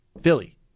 Philly